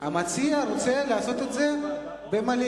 המציע רוצה לדון בזה במליאה.